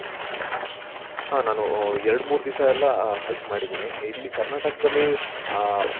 ಹಾಂ ನಾನು ಎರಡು ಮೂರು ದಿವ್ಸ ಎಲ್ಲ ಹೈಕ್ ಮಾಡಿದ್ದೀನಿ ಇಲ್ಲಿ ಕರ್ನಾಟಕದಲ್ಲಿ